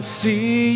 see